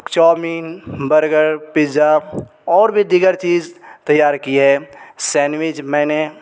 chowmein pizza اور بھی دیگر چیز تیار کی ہے سینڈوچ میں نے